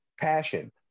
passion